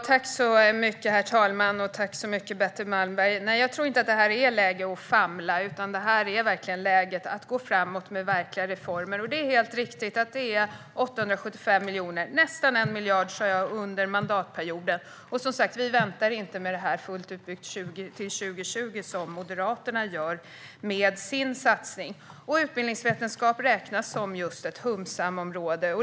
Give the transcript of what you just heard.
Herr talman! Jag tackar Betty Malmberg. Jag tror inte att det är läge att famla, utan jag tror att det är läge att gå framåt med verkliga reformer. Det är helt riktigt att det är 875 miljoner - nästan 1 miljard, sa jag - under mandatperioden. Vi väntar som sagt inte till 2020 med att ha detta fullt utbyggt, som Moderaterna gör med sin satsning. Utbildningsvetenskap räknas som just ett humsamområde.